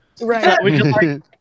right